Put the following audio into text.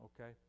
Okay